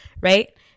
right